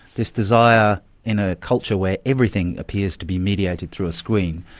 this desire in a culture where everything appears to be mediated through a screen,